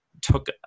took